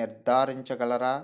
నిర్ధారించగలరా